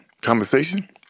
conversation